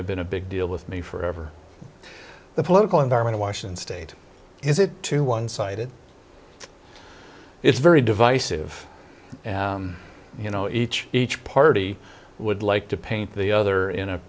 of been a big deal with me forever the political environment washington state is it too one sided it's very divisive you know each each party would like to paint the other in a